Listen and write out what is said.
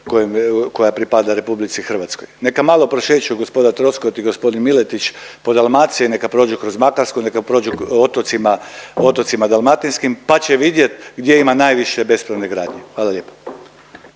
koja pripada RH. Neka malo prošeću gospoda Troskot i g. Miletić po Dalmaciji, neka prođu kroz Makarsku, neka prođu otocima, otocima dalmatinskim, pa će vidjet gdje ima najviše bespravne gradnje, hvala lijepo.